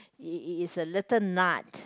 it is a little nut